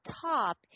top